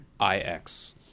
IX